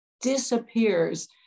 disappears